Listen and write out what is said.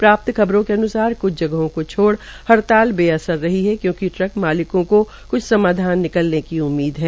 प्राप्त खबरों के अन्सार क्छ जगहों को छोड़ हड़ताल बेअसर रही है क्यूकि ट्रक मालिकों को क्छ समाधान निकालने की उम्मीद है